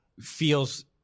feels –